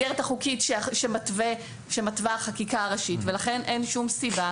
החוקית שמתווה החקיקה הראשית ולכן אין שום סיבה